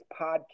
podcast